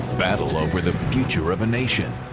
battle over the future of a nation.